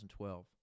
2012